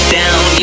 down